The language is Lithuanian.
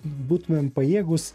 būtumėm pajėgūs